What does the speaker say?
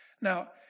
Now